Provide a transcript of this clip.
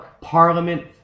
parliament